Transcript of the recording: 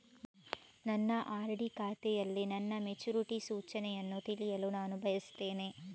ನನ್ನ ಆರ್.ಡಿ ಖಾತೆಯಲ್ಲಿ ನನ್ನ ಮೆಚುರಿಟಿ ಸೂಚನೆಯನ್ನು ತಿಳಿಯಲು ನಾನು ಬಯಸ್ತೆನೆ